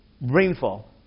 rainfall